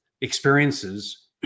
experiences